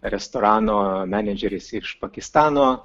restorano menedžeris iš pakistano